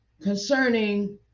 concerning